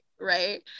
right